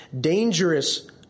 dangerous